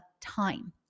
time